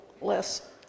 less